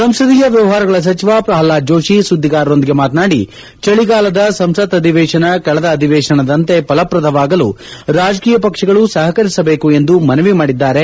ಸಂಸದೀಯ ವ್ಚವಹಾರಗಳ ಸಚಿವ ಪ್ರಹ್ಲಾದ್ ಜೋಷಿ ಸುದ್ದಿಗಾರರೊಂದಿಗೆ ಮಾತನಾಡಿ ಚಳಿಗಾಲದ ಸಂಸತ್ ಅಧಿವೇತನ ಕಳೆದ ಅಧಿವೇತನದಂತೆ ಫಲಪ್ರದವಾಗಲು ರಾಜಕೀಯ ಪಕ್ಷಗಳು ಸಹಕರಿಸಬೇಕು ಎಂದು ಮನವಿ ಮಾಡಿದ್ದಾರೆ